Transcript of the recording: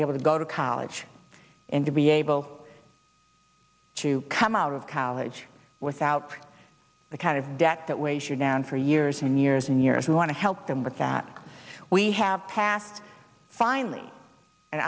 able to go to college and to be able to come out of college without the kind of debt that weighs you down for years and years and years we want to help them with that we have passed finally and